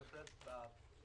אני בהחלט בעד.